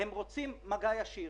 הם רוצים מגע ישיר.